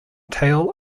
tail